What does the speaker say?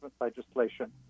legislation